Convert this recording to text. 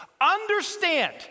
Understand